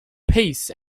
peace